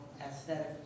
aesthetic